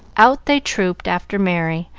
out they trooped after merry,